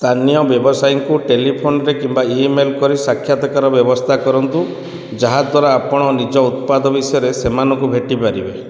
ସ୍ଥାନୀୟ ବ୍ୟବସାୟୀଙ୍କୁ ଟେଲିଫୋନ୍ରେ କିମ୍ବା ଇମେଲ୍ କରି ସାକ୍ଷାତକାର ବ୍ୟବସ୍ଥା କରନ୍ତୁ ଯାହାଦ୍ୱାରା ଆପଣ ନିଜ ଉତ୍ପାଦ ବିଷୟରେ ସେମାନଙ୍କୁ ଭେଟି ପାରିବେ